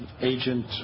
agent